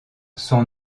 son